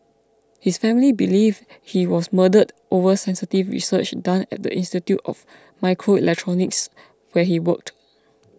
his family believe he was murdered over sensitive research done at the Institute of Microelectronics where he worked